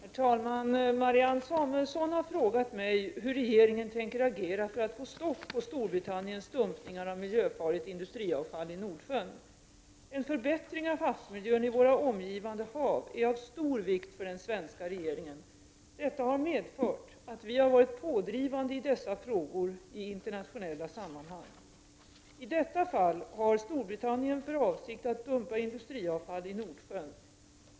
Herr talman! Marianne Samuelsson har frågat mig hur regeringen tänker agera för att få stopp på Storbritanniens dumpningar av miljöfarligt industriavfall i Nordsjön. En förbättring av havsmiljön i våra omgivande hav är av stor vikt för den svenska regeringen. Detta har medfört att Sverige har varit pådrivande i dessa frågor i internationella sammanhang. I detta fall har Storbritannien för avsikt att dumpa industriavfall i Nordsjön.